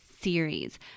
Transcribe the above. series